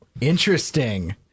Interesting